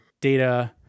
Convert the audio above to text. data